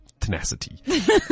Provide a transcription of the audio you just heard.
Tenacity